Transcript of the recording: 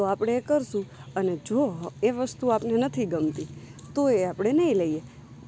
તો આપણે એ કરીશું અને જો એ વસ્તુ આપણને નથી ગમતી તો એ આપણે નહીં લઈએ